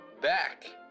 back